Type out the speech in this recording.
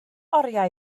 oriau